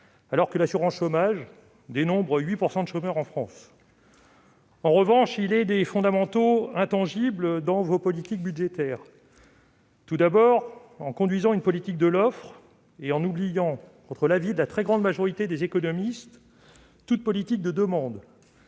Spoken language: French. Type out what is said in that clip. alors que la France compte 8 % de chômeurs. En revanche, il est des fondamentaux intangibles dans vos politiques budgétaires. Tout d'abord, monsieur le ministre, en conduisant une politique de l'offre et en « oubliant », contre l'avis de la très grande majorité des économistes, toute politique de la demande,